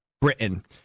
Britain